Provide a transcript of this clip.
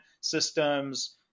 systems